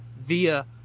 via